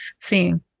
seeing